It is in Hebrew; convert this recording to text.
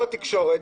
כל התקשורת,